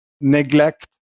neglect